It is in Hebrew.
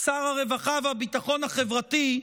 שר הרווחה והביטחון החברתי,